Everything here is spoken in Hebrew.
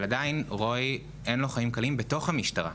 אבל עדיין לרוי אין חיים קלים בתוך המשטרה.